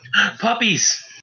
Puppies